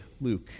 Luke